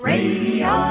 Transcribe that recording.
Radio